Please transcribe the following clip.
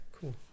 cool